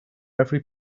every